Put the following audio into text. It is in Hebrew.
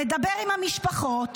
לדבר עם המשפחות,